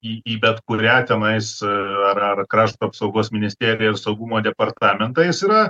į į bet kurią tenais ar ar krašto apsaugos ministerijos saugumo departamentą jis yra